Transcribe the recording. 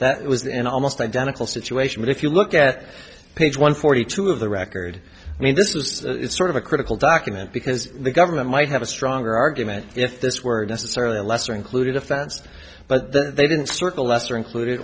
that was an almost identical situation but if you look at page one forty two of the record i mean this was sort of a critical document because the government might have a stronger argument if this were necessarily a lesser included offense but they didn't circle lesser included